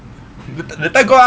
th~ that time got ah